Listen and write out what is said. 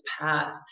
path